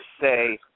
say